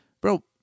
bro